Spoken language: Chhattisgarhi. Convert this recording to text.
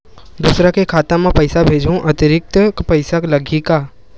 दूसरा के खाता म पईसा भेजहूँ अतिरिक्त पईसा लगही का?